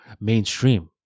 mainstream